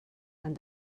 and